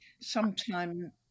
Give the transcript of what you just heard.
sometime